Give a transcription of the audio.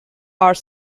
are